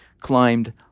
climbed